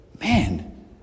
man